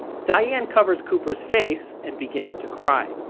diane covers cooper's face and begins to cry.